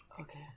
Okay